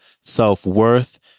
self-worth